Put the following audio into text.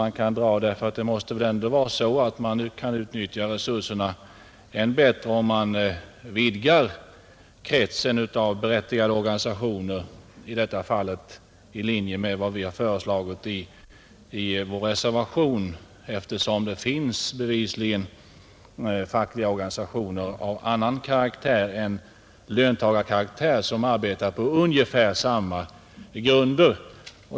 Man måste väl ändå kunna utnyttja resurserna än bättre, om man vidgar kretsen av bidragsberättigade organisationer — i detta fall i linje med vad vi har föreslagit i vår reservation — eftersom det bevisligen finns fackliga organisationer av annan karaktär än löntagarorganisationerna som arbetar på ungefär samma grunder.